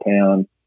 pound